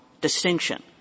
distinction